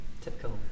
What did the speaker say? typical